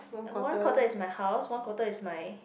one quarter is my house one quarter is my